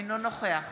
אינו נוכח